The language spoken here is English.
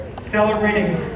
Celebrating